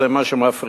זה מה שמפריע.